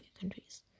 countries